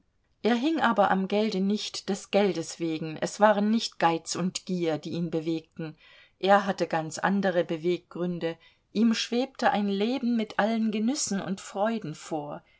er hing aber am gelde nicht des geldes wegen es waren nicht geiz und gier die ihn bewegten er hatte ganz andere beweggründe ihm schwebte ein leben mit allen genüssen und freuden vor